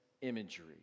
imagery